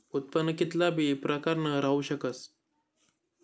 उत्पन्न कित्ला बी प्रकारनं राहू शकस